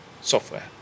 software